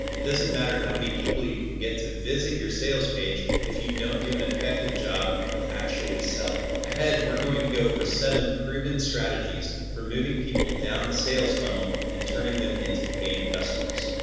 it doesn't matter how many people you can get to visit your sales page if you don't do an effective job of actually selling. ahead we're going to go over seven proven strategies for moving people down the sales funnel and turning them into paying customers.